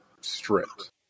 stripped